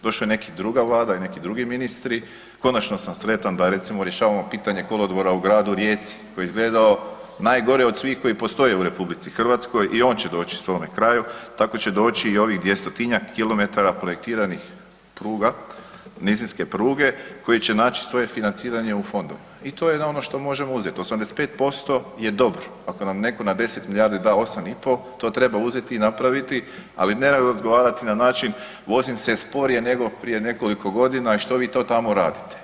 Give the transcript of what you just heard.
Došla je neka druga Vlada i neki drugi ministri, konačna sam sretan da recimo rješavamo pitanje kolodvora u gradu Rijeci koji je izgledao najgore koji postoje u RH, i on će doći svome kraju, tako će doći i ovih 200-tinjak kilometara projektiranih pruga, nizinske pruge koji će naći svoje financiranje u fondu i to je ono što možemo uzet, 85% je dobro, ako nam netko na 10 milijardi da 8,5, to treba uzeti i napraviti ali ne razgovarati na način „vozim se sporije nego prije nekoliko godina, što vi to tamo radite“